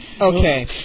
Okay